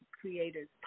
creator's